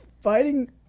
fighting